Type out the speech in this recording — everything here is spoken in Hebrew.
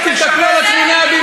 זה בדיוק מה שמפחיד אתכם.